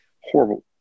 horrible